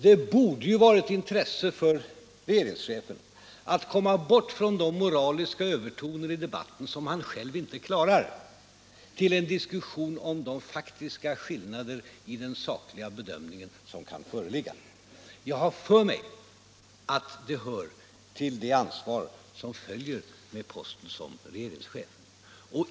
Det borde ha varit ett intresse för regeringschefen att komma bort från de moraliska övertoner i debatten som han själv inte klarar till en diskussion av de faktiska skillnader i den sakliga bedömningen som kan föreligga. — Jag har för mig att det hör till det ansvar som följer med posten som regeringschef.